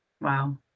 Wow